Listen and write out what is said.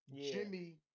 Jimmy